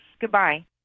Goodbye